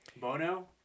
Bono